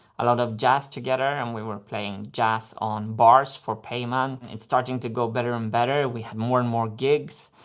a lot of jazz together and we were playing jazz on bars for payment. it's starting to go better and better, we had more and more gigs.